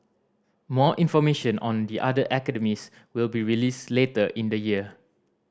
more information on the other academies will be released later in the year